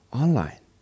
online